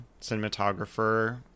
cinematographer